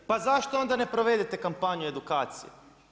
Pa zašto onda ne provedete kampanju edukacije?